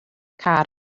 car